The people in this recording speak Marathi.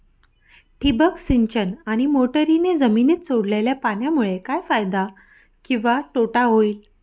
ठिबक सिंचन आणि मोटरीने जमिनीत सोडलेल्या पाण्यामुळे काय फायदा किंवा तोटा होईल?